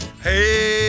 Hey